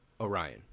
Orion